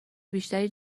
بیشتری